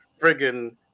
friggin